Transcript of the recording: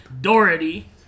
Doherty